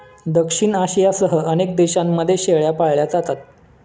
दक्षिण आशियासह अनेक देशांमध्ये शेळ्या पाळल्या जातात